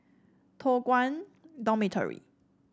Toh Guan Dormitory